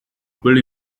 will